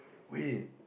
wait